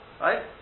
Right